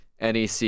NEC